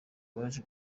baje